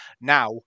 Now